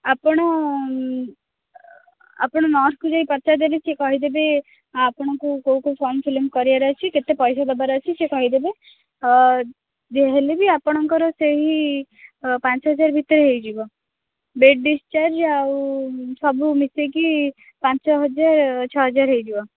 ଆପଣ ଆପଣ ନର୍ସ୍କୁ ଯାଇ ପଚାରିଦେବେ ସେ କହିଦେବେ ଆପଣଙ୍କୁ କୋଉ କୋଉ ଫର୍ମ୍ ଫିଲଅପ୍ କରିବାର ଅଛି କେତେ ପଇସା ଦବାର ଅଛି ସେ କହିଦେବେ ଯାହା ହେଲେ ବି ଆପଣଙ୍କର ସେହି ପାଞ୍ଚ ହଜାର ଭିତରେ ହେଇଯିବ ବେଡ୍ ଡିସଚାର୍ଜ୍ ଆଉ ସବୁ ମିଶେଇକି ପାଞ୍ଚ ହଜାର ଛଅ ହଜାର ହୋଇଯିବ